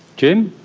jim?